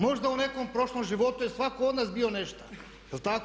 Možda u nekom prošlom životu je svatko od nas bio nešto, jel' tako?